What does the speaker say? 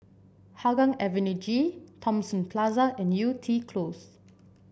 Hougang Avenue G Thomson Plaza and Yew Tee Close